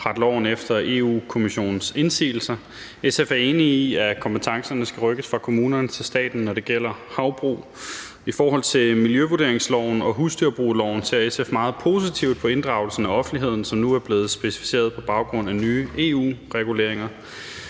at rette loven ind efter Europa-Kommissionens indsigelser. SF er enig i, at kompetencerne skal rykkes fra kommunerne til staten, når det gælder havbrug. I forhold til miljøvurderingsloven og husdyrbrugloven ser SF meget positivt på inddragelsen af offentligheden, hvilket nu er blevet specificeret på baggrund af nye EU-reguleringer.